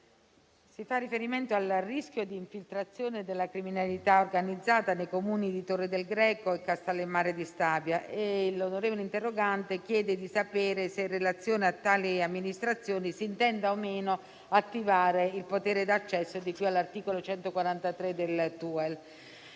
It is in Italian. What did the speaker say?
si fa riferimento al rischio di infiltrazione della criminalità organizzata nei Comuni di Torre del Greco e Castellammare di Stabia. L'onorevole interrogante chiede di sapere se in relazione a tali amministrazioni si intenda o meno attivare il potere di accesso di cui all'articolo 143 del testo